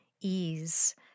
ease